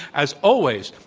as always,